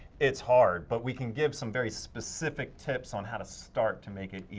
it's hard, but we can give some very specific tips on how to start to make it